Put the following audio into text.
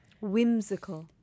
Whimsical